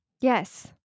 Yes